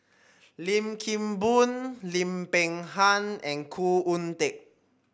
Lim Kim Boon Lim Peng Han and Khoo Oon Teik